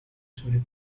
sobre